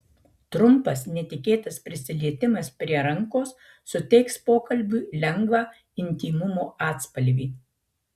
trumpas netikėtas prisilietimas prie rankos suteiks pokalbiui lengvą intymumo atspalvį